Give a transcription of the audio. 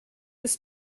des